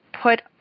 put